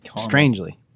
Strangely